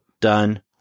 done